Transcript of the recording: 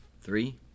Three